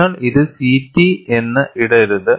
നിങ്ങൾ ഇത് C T എന്ന് ഇടരുത്